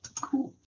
Cool